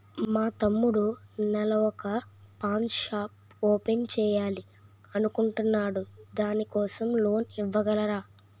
మా తమ్ముడు నెల వొక పాన్ షాప్ ఓపెన్ చేయాలి అనుకుంటునాడు దాని కోసం లోన్ ఇవగలరా?